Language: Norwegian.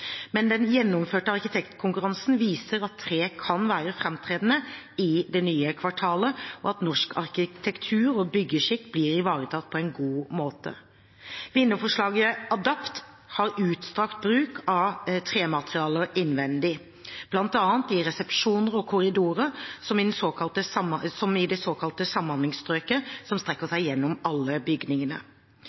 men den gjennomførte arkitektkonkurransen viser at tre kan være framtredende i det nye kvartalet, og at norsk arkitektur og byggeskikk blir ivaretatt på en god måte. Vinnerforslaget Adapt har utstrakt bruk av trematerialer innvendig, bl.a. i resepsjoner og korridorer, som i det såkalte samhandlingsstrøket, som strekker seg gjennom alle bygningene.